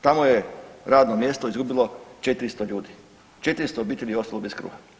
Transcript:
Tamo je radno mjesto izgubilo 400 ljudi, 400 obitelji je ostalo bez kruha.